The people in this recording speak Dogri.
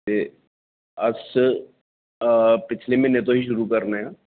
ते अस पिच्छले म्हीने तूं ही शुरू करने आं